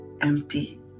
empty